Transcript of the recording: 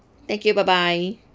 thank you bye bye